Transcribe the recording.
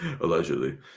allegedly